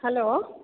hello